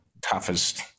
toughest